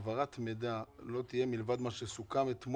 שהעברת מידע של עובדי ציבור לא תהיה מלבד מה שסוכם אתמול.